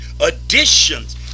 additions